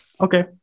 Okay